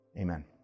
Amen